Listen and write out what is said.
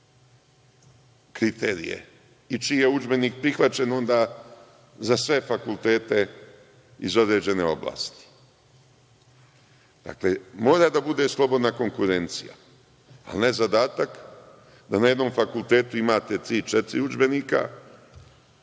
kriterije i čiji je udžbenik prihvaćen onda za sve fakultete iz određene oblasti. Dakle, mora da bude slobodna konkurencija, a ne zadatak da na jednom fakultetu imate tri,